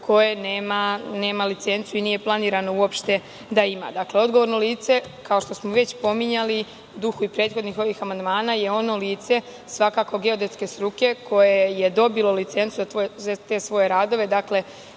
koje nema licencu i nije planirano uopšte da ima. Dakle, odgovorno lice kao što smo već pominjali u dugu prethodnih ovih amandmana, je ono lice svakako geodetske struke koje je dobilo licencu za te svoje radove, dakle